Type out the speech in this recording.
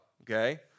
Okay